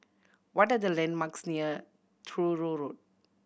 what are the landmarks near Truro Road